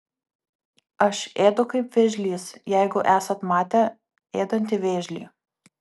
aš ėdu kaip vėžlys jeigu esat matę ėdantį vėžlį